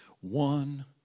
One